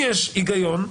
יש היגיון,